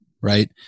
right